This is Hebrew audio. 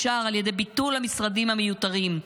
אפשר על ידי ביטול המשרדים המיותרים,